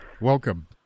Welcome